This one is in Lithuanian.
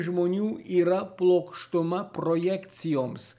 žmonių yra plokštuma projekcijoms